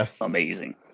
amazing